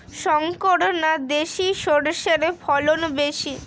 শংকর না দেশি সরষের ফলন বেশী?